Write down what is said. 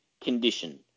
condition